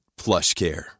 PlushCare